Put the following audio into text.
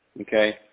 Okay